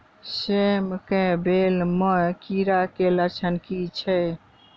सेम कऽ बेल म कीड़ा केँ लक्षण की छै?